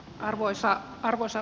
arvoisa puhemies